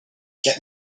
get